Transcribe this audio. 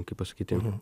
kaip pasakyti